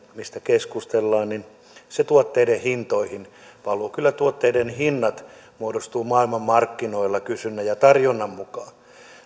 mistä keskustellaan tuotteiden hintoihin valuu kyllä tuotteiden hinnat muodostuvat maailmanmarkkinoilla kysynnän ja tarjonnan mukaan